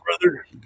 brother